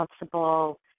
responsible